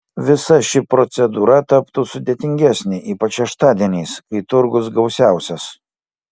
visa ši procedūra taptų sudėtingesnė ypač šeštadieniais kai turgus gausiausias